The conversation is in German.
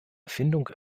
erfindung